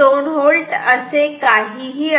2 V असे काहीही असू शकते